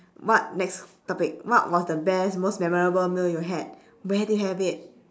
what next topic what was the best most memorable meal you had where did you have it